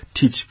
teach